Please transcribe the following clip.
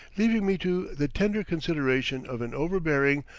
leaving me to the tender consideration of an overbearing,